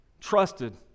trusted